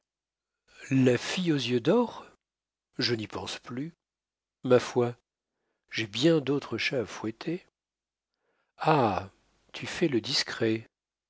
la fille aux yeux d'or je n'y pense plus ma foi j'ai bien d'autres chats à fouetter ah tu fais le discret